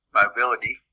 mobility